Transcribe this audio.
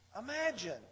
Imagine